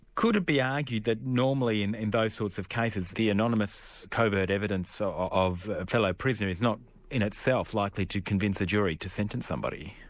could it be argued that normally in in those sorts of cases, the anonymous covert evidence so of a fellow prisoner is not in itself likely to convince a jury to sentence somebody?